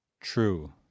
true